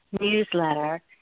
newsletter